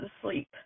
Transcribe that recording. asleep